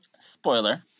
Spoiler